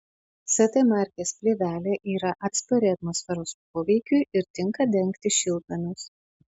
ct markės plėvelė yra atspari atmosferos poveikiui ir tinka dengti šiltnamius